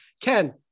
Ken